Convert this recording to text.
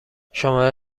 شماره